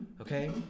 okay